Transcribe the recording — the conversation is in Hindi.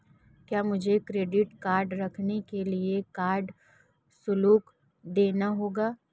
क्या मुझे क्रेडिट कार्ड रखने के लिए कोई शुल्क देना होगा?